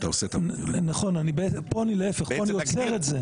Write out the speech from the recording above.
פה אני עוצר את זה.